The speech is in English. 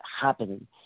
happening